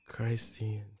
Christians